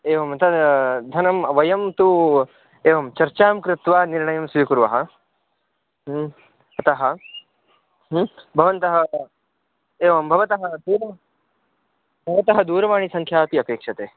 एवं तद् धनं वयं तु एवं चर्चां कृत्वा निर्णयं स्वीकुर्वः अतः भवन्तः एवं भवतः दूरवा भवतः दुरवाणीसंख्या अपि अपेक्ष्यते